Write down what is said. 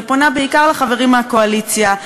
ואני פונה בעיקר לחברים מהקואליציה,